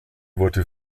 wurde